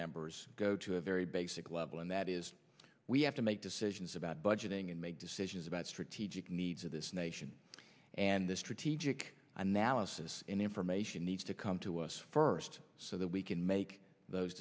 members go to a very basic level and that is we have to make decisions about budgeting and make decisions about strategic needs of this nation and the strategic analysis and information needs to come to us first so that we can make those